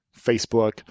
Facebook